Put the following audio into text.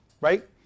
right